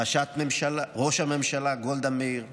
ראש הממשלה גולדה מאיר,